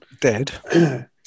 dead